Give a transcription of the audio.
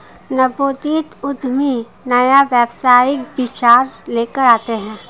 नवोदित उद्यमी नए व्यावसायिक विचार लेकर आते हैं